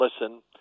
listen